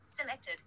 Selected